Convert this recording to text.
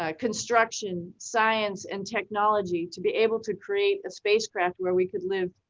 ah construction, science and technology, to be able to create a spacecraft where we could live,